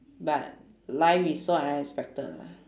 but life is so unexpected lah